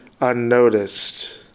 unnoticed